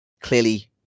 clearly